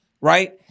right